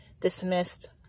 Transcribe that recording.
dismissed